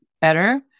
better